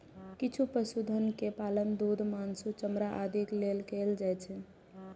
किछु पशुधन के पालन दूध, मासु, चमड़ा आदिक लेल कैल जाइ छै